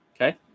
Okay